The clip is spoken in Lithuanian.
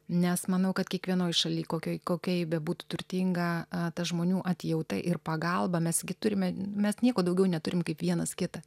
nes manau kad kiekvienoj šaly kokioje kokia ji bebūtų turtinga a ta žmonių atjauta ir pagalba mes gi turime mes nieko daugiau neturim kaip vienas kitą